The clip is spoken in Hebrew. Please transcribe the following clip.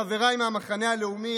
חבריי מהמחנה הלאומי,